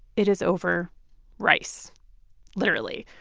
it is over rice literally.